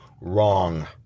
wrong